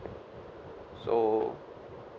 so